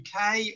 UK